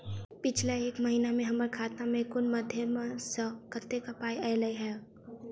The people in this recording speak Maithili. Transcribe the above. पिछला एक महीना मे हम्मर खाता मे कुन मध्यमे सऽ कत्तेक पाई ऐलई ह?